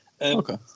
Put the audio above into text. Okay